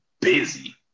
busy